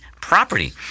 property